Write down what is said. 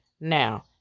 now